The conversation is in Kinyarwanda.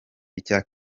icya